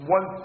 One